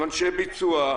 עם אנשי ביצוע,